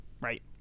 right